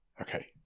Okay